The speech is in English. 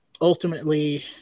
ultimately